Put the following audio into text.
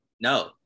No